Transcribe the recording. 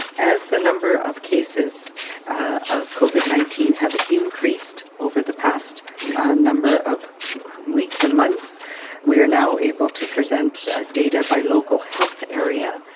as the number of cases of covid nineteen have increased over the past number of weeks and months months, we are now able to present ah data by local health area.